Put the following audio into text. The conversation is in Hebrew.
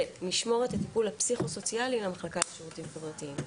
ולשמור את הטיפול הפסיכו-סוציאלי למחלקה לשירותים חברתיים.